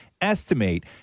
estimate